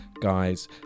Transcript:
guys